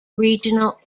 regional